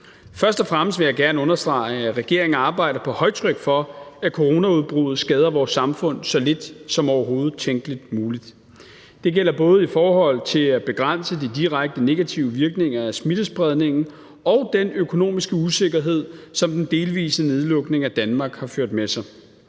Først og fremmest vil jeg gerne understrege, at regeringen arbejder på højtryk for, at coronaudbruddet skader vores samfund så lidt som overhovedet tænkeligt muligt. Det gælder både i forhold til at begrænse de direkte negative virkninger af smittespredningen og den økonomiske usikkerhed, som den delvise nedlukning af Danmark har ført med sig.